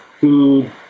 food